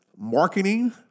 Marketing